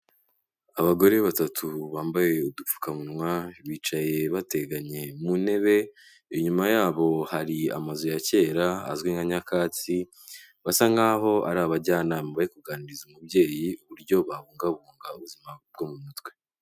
Abagore batatu bambaye udupfukamunwa, bicaye bateganye mu ntebe, inyuma yabo hari amazu ya kera azwi nka nyakatsi, basa nkaho ari abajyanama bari kuganiriza umubyeyi, uburyo babungabunga ubuzima bwo mu mutwe.